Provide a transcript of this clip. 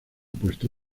puesto